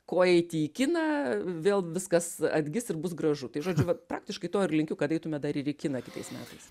ko eiti į kiną vėl viskas atgis ir bus gražu tai žodžiu vat praktiškai to ir linkiu kad eitume dar ir į kiną kitais metais